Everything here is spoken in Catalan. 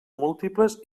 múltiples